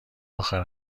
آخر